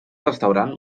restaurant